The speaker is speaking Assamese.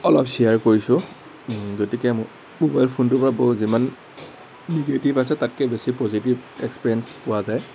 অলপ চেয়াৰ কৰিছোঁ গতিকে ম'বাইল ফোনটোৰপৰা যিমান নিগেটিভ আছে তাতকৈ বেছি পজিটিভ এক্সপেৰিয়েন্স পোৱা যায়